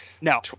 no